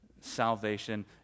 salvation